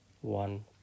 one